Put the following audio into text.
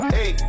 Hey